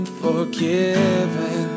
forgiven